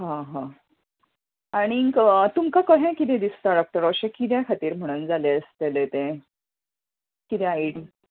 हां हां आनीक तुमका कहें कशें दिसता डॉक्टर अशें कित्या खातीर म्हणून जाले आसतले तें कित्याय